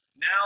Now